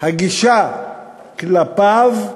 הגישה כלפיו,